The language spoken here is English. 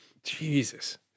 Jesus